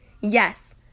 Yes